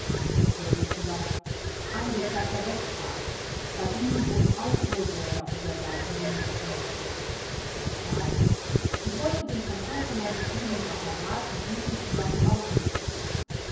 vors angeklagter westphal bei ihnen wurden auch uhrräder und dergleichen dinge gefunden westphal ich wollte den von koschemann beschriebenen apparat mit diesem zusammen ausnützen